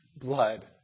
blood